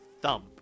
Thump